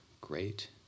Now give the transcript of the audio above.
great